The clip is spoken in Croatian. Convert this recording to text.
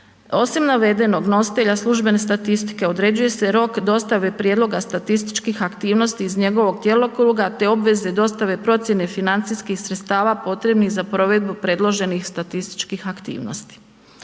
Osim navedenog, nositelja službene statistike određuje se rok dostave prijedloga statističkih aktivnosti iz njegovog djelokruga te obveze i dostave procjene financijskih sredstava potrebnih za provedbu predloženih statističkih aktivnosti.